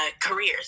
careers